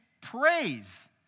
praise